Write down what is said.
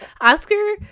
Oscar